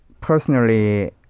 personally